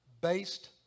based